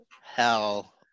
hell